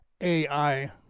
AI